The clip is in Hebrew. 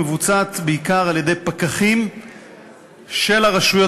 מבוצעת בעיקר על-ידי פקחים של הרשויות